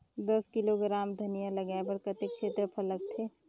दस किलोग्राम धनिया लगाय बर कतेक क्षेत्रफल लगथे?